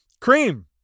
Cream